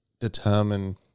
determine